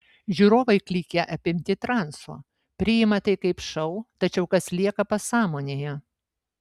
žiūrovai klykia apimti transo priima tai kaip šou tačiau kas lieka pasąmonėje